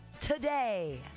today